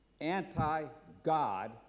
anti-God